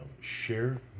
share